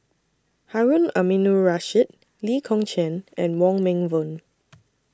Harun Aminurrashid Lee Kong Chian and Wong Meng Voon